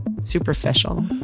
superficial